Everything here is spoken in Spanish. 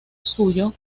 suyo